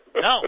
No